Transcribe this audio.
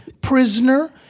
prisoner